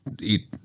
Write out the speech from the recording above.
eat